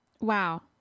Wow